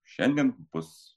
šiandien bus